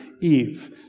Eve